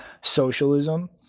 Socialism